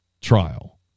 trial